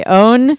own